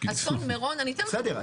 אסון מירון אתן דוגמה --- בסדר,